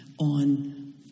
on